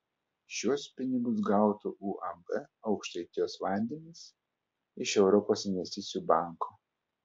šiuos pinigus gautų uab aukštaitijos vandenys iš europos investicijų banko